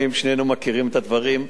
שנינו מכירים את הדברים,